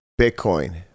Bitcoin